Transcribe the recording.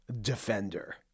Defender